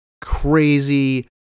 crazy